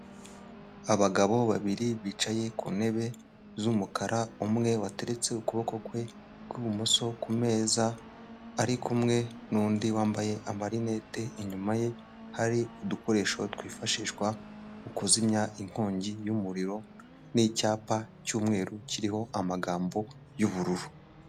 Abagabo babiri bicaye ku ntebe z'umukara umwe wateretse ukuboko kwe kw'ibumoso ku meza ari kumwe n'undi wambaye amarinete, inyuma ye hari udukoresho twifashishwa mu kuzimya inkongi y'umuriro n'icyapa cy'umweru kiriho amagambo y'ubururu.